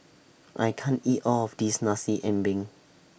I can't eat All of This Nasi Ambeng